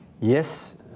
Yes